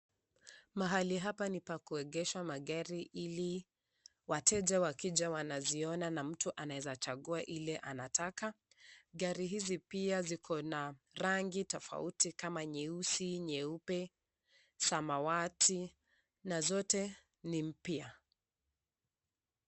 Mahali hapa ni pa kuegesha magari ili wateja wakija wanaziona na mtu anaezachagua Ile anataka. Gari hizi pia ziko na rangi tofauti kama nyeusi, nyeupe, samawati na zote ni mpya.